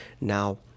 Now